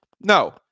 No